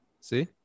See